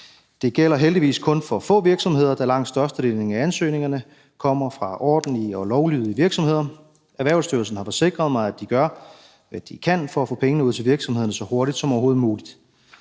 Det gælder heldigvis kun få virksomheder, da langt størstedelen af ansøgningerne kommer fra ordentlige og lovlydige virksomheder. Erhvervsstyrelsen har forsikret mig, at de gør, hvad de kan, for at få pengene ud til virksomhederne så hurtigt som overhovedet muligt.